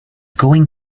going